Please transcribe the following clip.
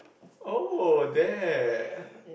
oh that